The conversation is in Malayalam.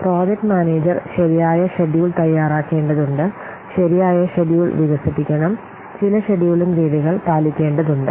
പ്രൊജക്റ്റ് മാനേജർ ശരിയായ ഷെഡ്യൂൾ തയ്യാറാക്കേണ്ടതുണ്ട് ശരിയായ ഷെഡ്യൂൾ വികസിപ്പിക്കണം ചില ഷെഡ്യൂളിംഗ് രീതികൾ പാലിക്കേണ്ടതുണ്ട്